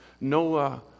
Noah